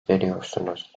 veriyorsunuz